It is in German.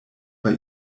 bei